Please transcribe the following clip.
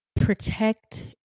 protect